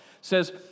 says